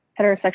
heterosexual